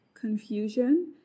confusion